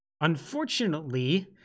unfortunately